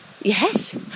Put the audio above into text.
Yes